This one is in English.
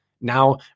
now